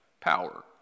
power